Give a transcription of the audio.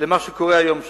למה שקורה היום שם.